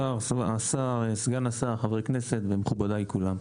השר, סגן השר, חברי הכנסת ומכובדי כולם,